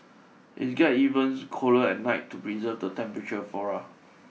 it get evens colder at night to preserve the temperature flora